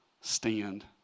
stand